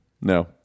No